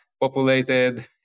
populated